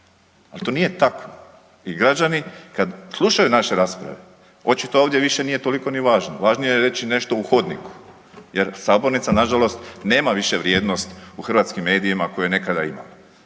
ali to nije tako. I građani kad slušaju naše rasprave očito ovdje više nije toliko ni važno, važnije je reći nešto u hodniku jer sabornica nažalost nema više vrijednost u hrvatskim medijima koje je nekada imala.